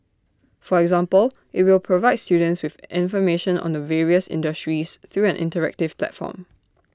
for example IT will provide students with information on the various industries through an interactive platform